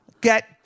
get